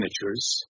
signatures